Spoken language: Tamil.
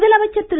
முதலமைச்சர் திரு